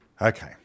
Okay